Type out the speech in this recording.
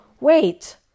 wait